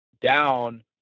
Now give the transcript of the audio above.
down